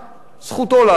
זכותו לעשות את זה,